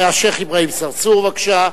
השיח' אברהים צרצור, בבקשה,